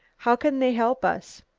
how can they help us?